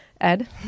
Ed